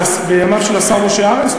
בימיו של השר משה ארנס.